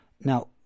Now